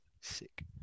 sick